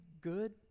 good